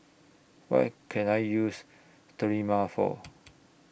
What Can I use Sterimar For